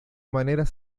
maneras